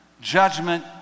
Judgment